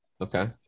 Okay